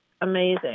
amazing